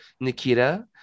Nikita